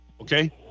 Okay